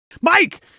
Mike